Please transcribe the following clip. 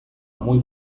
muy